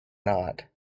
not